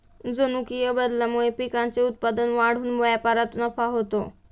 जनुकीय बदलामुळे पिकांचे उत्पादन वाढून व्यापारात नफा होतो